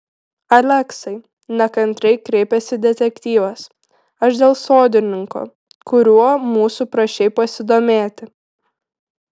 aleksai nekantriai kreipėsi detektyvas aš dėl sodininko kuriuo mūsų prašei pasidomėti